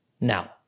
Now